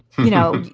you know,